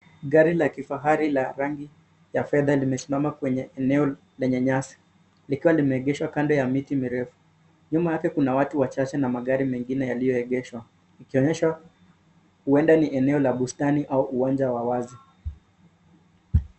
Gari la kifahari la rangi ya fedha limesimama kwenye eneo lenye nyasi likiwa limeegeshwa kando ya miti mirefu. Nyuma yake kuna watu wachache na magari mengine yaliyoegeshwa. Ikionyesha ueda ni eneo la bustani au uwanja wa wazi.